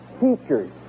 teachers